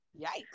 Yikes